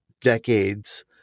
decades